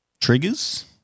Triggers